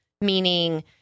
meaning